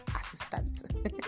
assistant